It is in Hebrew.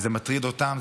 זה מטריד אותם,